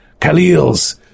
Khalil's